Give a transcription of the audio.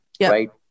right